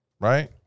right